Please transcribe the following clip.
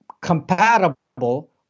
compatible